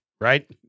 Right